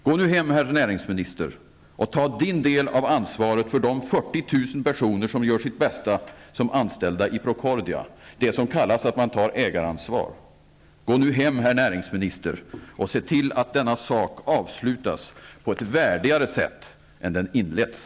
Gå nu hem, herr näringsminister, och ta er del av ansvaret för de 40 000 personer som gör sitt bästa som anställda i Procordia -- det som kallas att man tar ägaransvar. Gå nu hem, herr näringsminister, och se till att denna sak avslutas på ett värdigare sätt än den inletts.